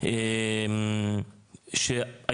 זה לא עולים חדשים שאנחנו רגילים לקבל